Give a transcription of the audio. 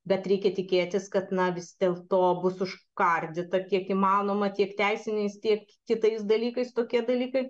bet reikia tikėtis kad na vis dėlto bus užkardyta kiek įmanoma tiek teisiniais tiek kitais dalykais tokie dalykai